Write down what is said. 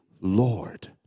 Lord